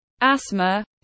asthma